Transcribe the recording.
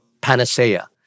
Panacea